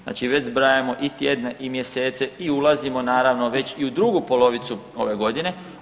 Znači već zbrajamo i tjedne i mjesece i ulazimo naravno već i u drugu polovicu ove godine.